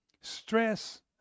stress